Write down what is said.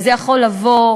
וזה יכול לבוא,